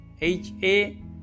HA